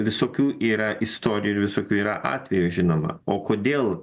visokių yra istorijų ir visokių yra atvejų žinoma o kodėl